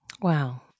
Wow